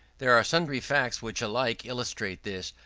there are sundry facts which alike illustrate this,